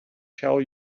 tell